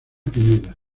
pineda